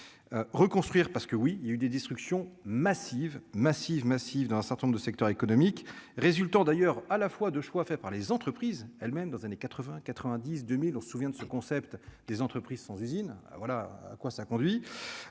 reconstruire parce que oui, il y a eu des destructions massives, massives, massives dans un certain nombre de secteurs économiques résultant d'ailleurs à la fois de choix faits par les entreprises elles-mêmes dans années 80 90 2000, on se souvient de ce concept, les entreprises sans usine voilà à quoi ça conduit